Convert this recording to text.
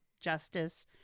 justice